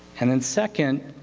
and then second,